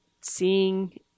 seeing